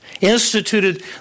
instituted